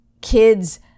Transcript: kids